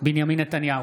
בנימין נתניהו,